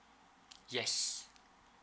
yes